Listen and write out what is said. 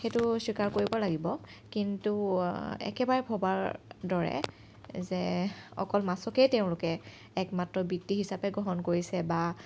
সেইটো স্বীকাৰ কৰিব লাগিব কিন্তু একেবাৰে ভবাৰ দৰে যে অকল মাছকে তেওঁলোকে একমাত্ৰ বৃত্তি হিচাপে গ্ৰহণ কৰিছে বা